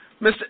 Mr